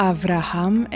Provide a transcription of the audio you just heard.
Avraham